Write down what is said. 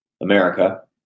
America